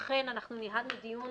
אכן אנחנו ניהלנו דיון,